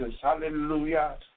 Hallelujah